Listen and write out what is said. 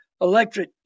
electric